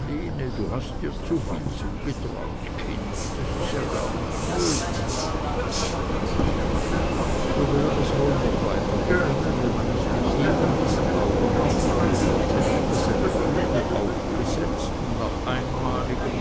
du hast dir zuviel zugetraut kind das is ja gar nich möglich so wär es wohl noch weitergegangen wenn man nicht in eben diesem augenblicke gehört hätte daß eine kugel aufgesetzt und nach einmaligem